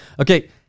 Okay